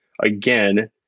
again